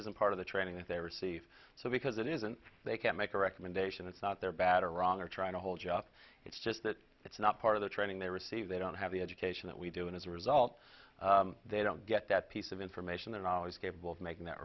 isn't part of the training that they receive so because it isn't they can't make a recommendation it's not their batarang they're trying to hold you up it's just that it's not part of the training they receive they don't have the education that we do and as a result they don't get that piece of information they're always capable of making that